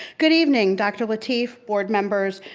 good evening dr. lateef, board members,